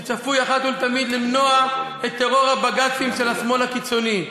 שצפוי אחת ולתמיד למנוע את טרור הבג"צים של השמאל הקיצוני.